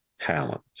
talent